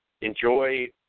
enjoy